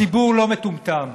הציבור לא מטומטם.